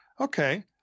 okay